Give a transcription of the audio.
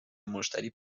مشتری